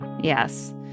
Yes